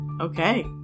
Okay